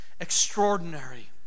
extraordinary